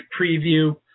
preview